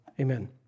Amen